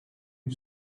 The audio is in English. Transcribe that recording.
you